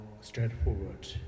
straightforward